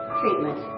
treatment